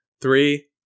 Three